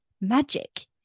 magic